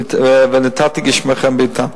"ונתתי גשמיכם בעתם".